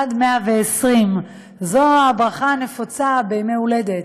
עד 120, זו הברכה הנפוצה בימי הולדת.